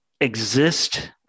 exist